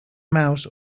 mouse